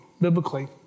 biblically